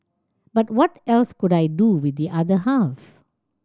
but what else could I do with the other half